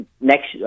next